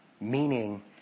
meaning